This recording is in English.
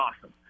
awesome